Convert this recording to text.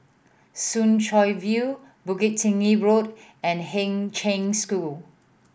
Soon Chow View Bukit Tinggi Road and Kheng Cheng School